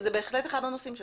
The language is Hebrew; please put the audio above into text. זה בהחלט אחד הנושאים שלנו.